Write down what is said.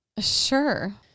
Sure